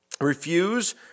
refuse